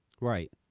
Right